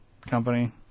company